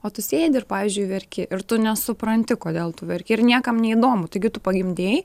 o tu sėdi ir pavyzdžiui verki ir tu nesupranti kodėl tu verki ir niekam neįdomu taigi tu pagimdei